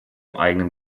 eigenen